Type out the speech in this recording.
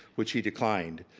which he declined.